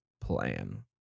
plan